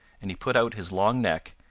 and he put out his long neck,